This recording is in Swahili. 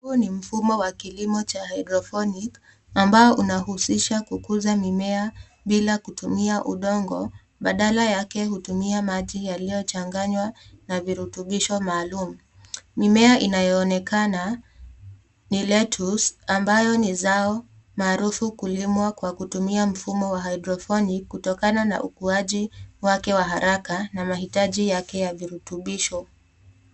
Huu ni mfumo wa kilimo cha[ hydrophonic] ambao unahusisha kukuza mimea bila kutumia udongo badala yake hutumia maji yaliyochanganywa na virutubisho maalum ,mimea inayoonekana ni[ letus] ambayo ni zao maarufu kulimwa kwa kutumia mfumo wa [hydrophonic] kutokana na ukuaji wake wa haraka na mahitaji yake ya virutubisho.